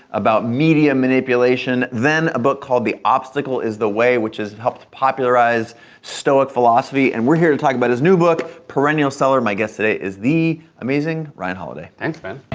about media manipulation, then a book called the obstacle is the way, which has helped popularize stoic philosophy and we're here to talk about his new book, perennial seller. my guest today is the amazing ryan holiday. thanks, man.